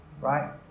right